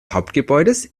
hauptgebäudes